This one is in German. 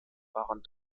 waren